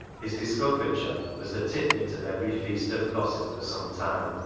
his discomfiture was the tit-bit of every feast of gossip for some time,